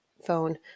phone